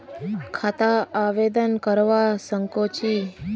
खाता आवेदन करवा संकोची?